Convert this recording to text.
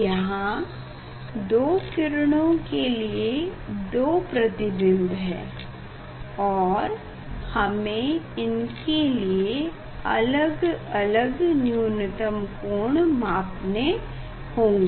यहाँ 2 किरणों के लिए 2 प्रतिबिम्ब हैं और हमें इनके लिए अलग अलग न्यूनतम कोण मापने हैं